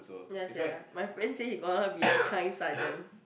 ya sia my friend say he don't want be the kind sergeant